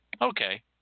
Okay